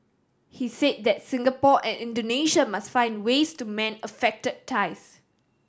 he said that Singapore and Indonesia must find ways to mend affected ties